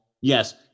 Yes